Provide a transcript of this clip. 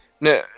no